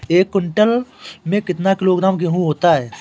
एक क्विंटल में कितना किलोग्राम गेहूँ होता है?